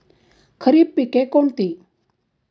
खरीप पिके कोणती?